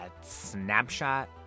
snapshot